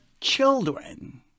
children